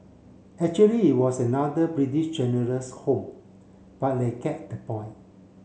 actually it was another British General's home but you get the point